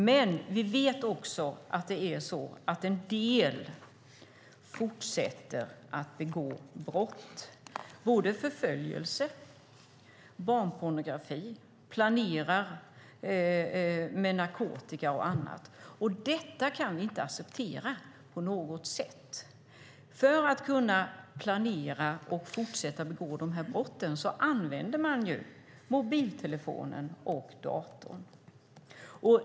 Men vi vet också att en del fortsätter att begå brott. Det kan handla om förföljelse, barnpornografi, narkotikabrott och annat. Detta kan vi inte acceptera på något sätt. För att kunna planera och fortsätta att begå de här brotten använder man mobiltelefonen och datorn.